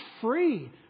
free